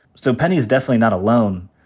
so penny is definitely not alone.